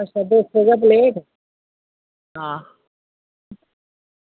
अच्छा दो सौ गै प्लेट